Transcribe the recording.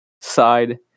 side